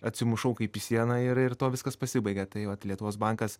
atsimušau kaip į sieną ir ir tuo viskas pasibaigė tai vat lietuvos bankas